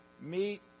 meet